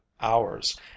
hours